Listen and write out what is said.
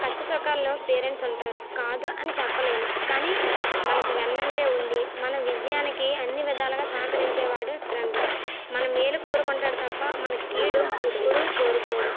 కష్ట సుఖాల్లో పేరెంట్స్ ఉంటారు కాదు అని చెప్పలేను కానీ మనకి వెన్నంటే ఉండి మన విజయానికి అన్ని విధాలుగా సహకరించేవాడు ఫ్రెండు మన మేలు కోరుకుంటాడు తప్ప మన కీడు ఎప్పుడూ కోరుకోడు